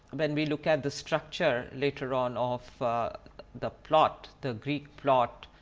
when we look at the structure later on of the plot, the greek plot,